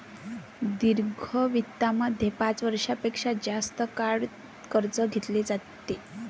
दीर्घ वित्तामध्ये पाच वर्षां पेक्षा जास्त काळ कर्ज घेतले जाते